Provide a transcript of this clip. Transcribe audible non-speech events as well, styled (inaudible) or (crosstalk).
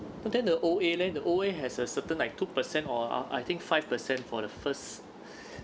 but then the O_A leh the O_A has a certain like two percent or ah I think five percent for the first (breath)